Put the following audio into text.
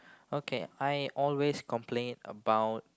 okay I always complain about